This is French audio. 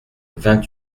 vingt